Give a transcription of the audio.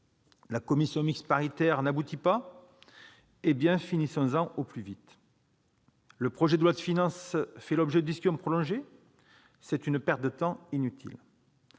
La commission mixte paritaire n'aboutit pas ? Eh bien, finissons-en au plus vite ! Le projet de loi de finances fait l'objet de discussions prolongées ? Une perte de temps inutile